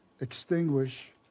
extinguish